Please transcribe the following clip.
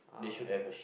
oh yeah